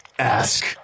Ask